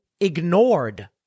ignored